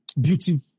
beauty